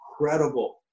incredible